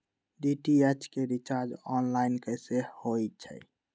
DTH के recharge online कैसे होईछई?